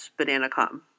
BananaCom